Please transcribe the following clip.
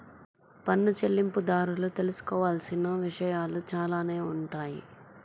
పన్ను చెల్లింపుదారులు తెలుసుకోవాల్సిన విషయాలు చాలానే ఉంటాయి